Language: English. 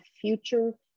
future